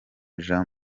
jean